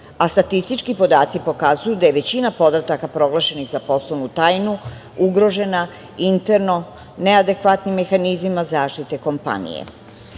a statistički podaci pokazuju da je većina podataka proglašenih za poslovnu tajnu ugrožena interno neadekvatnim mehanizmima zaštite kompanije. Patenti